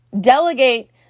Delegate